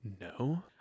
No